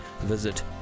visit